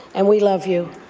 and we love you.